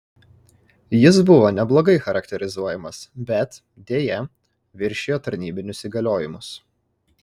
jis buvo neblogai charakterizuojamas bet deja viršijo tarnybinius įgaliojimus